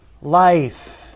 life